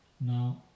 Now